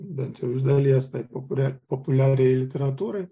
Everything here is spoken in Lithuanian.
bent iš dalies tai populia populiariajai literatūrai